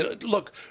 Look